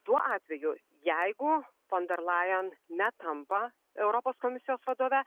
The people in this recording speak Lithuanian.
tuo atveju jeigu fon der lajen netampa europos komisijos vadove